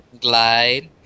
glide